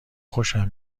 خوشم